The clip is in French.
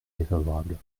défavorable